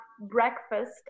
breakfast